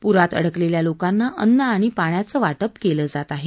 पुरात अडकलेल्या लोकांना अन्न आणि पाण्याचं वाटप केलं जात आहे